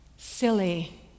Silly